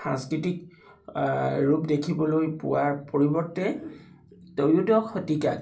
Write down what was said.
সাংস্কৃতিক ৰূপ দেখিবলৈ পোৱাৰ পৰিৱৰ্তে ত্ৰয়োদশ শতিকাত